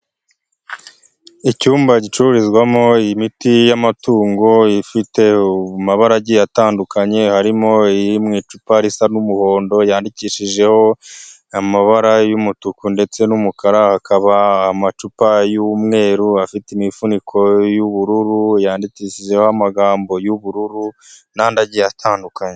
Icyumba gicururizwamo imiti y'amatungo ifite amabara agiye atandukanye, harimo iri mu icupa risa n'umuhondo yandikishijeho amabara y'umutuku ndetse n'umukara, hakaba amacupa y'umweru afite imifuniko y'ubururu yandikishijeho amagambo y'ubururu n'andi agiye atandukanye.